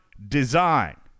design